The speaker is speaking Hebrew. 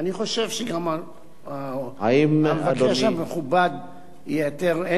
אני חושב שגם המבקש המכובד ייעתר.